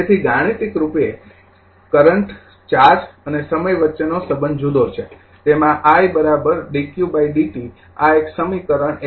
તેથી ગાણિતિક રૂપે કરંટ ચાર્જ અને સમય વચ્ચેનો સંબંધ જુદો છે તેમાં i dq dt આ એક સમીકરણ ૧